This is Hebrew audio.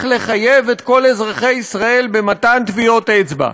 לחייב את כל אזרחי ישראל במתן טביעות אצבע,